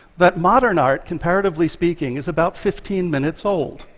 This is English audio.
that modern art, comparatively speaking, is about fifteen minutes old,